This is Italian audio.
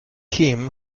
kim